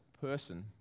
person